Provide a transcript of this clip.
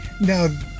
Now